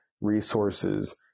resources